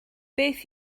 beth